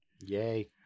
Yay